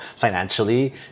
financially